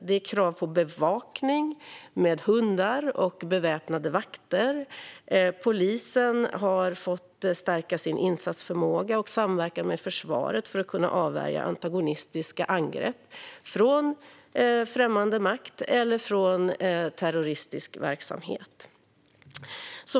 Det finns nu krav på bevakning med hundar och beväpnade vakter, och polisen har fått stärka sin insatsförmåga och samverkan med försvaret för att kunna avvärja antagonistiska angrepp från främmande makt eller från terroristisk verksamhet.